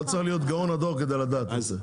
לא צריך להיות גאון הדור כדי לדעת את זה.